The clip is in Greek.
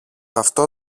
αυτό